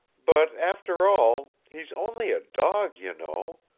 but, after all, he's only a dog, you know.